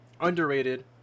underrated